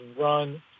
run